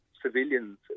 civilians